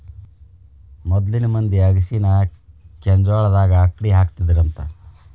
ಮೊದ್ಲಿನ ಮಂದಿ ಅಗಸಿನಾ ಕೆಂಜ್ವಾಳದಾಗ ಅಕ್ಡಿಹಾಕತ್ತಿದ್ರಂತ